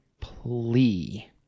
plea